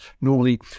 Normally